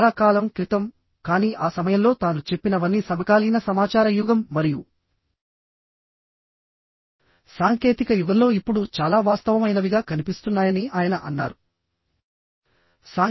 చాలా కాలం క్రితం కానీ ఆ సమయంలో తాను చెప్పినవన్నీ సమకాలీన సమాచార యుగం మరియు సాంకేతిక యుగంలో ఇప్పుడు చాలా వాస్తవమైనవిగా కనిపిస్తున్నాయని ఆయన అన్నారు